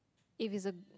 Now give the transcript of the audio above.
if is a